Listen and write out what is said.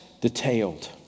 detailed